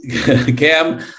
Cam